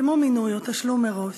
כמו מינוי או תשלום מראש,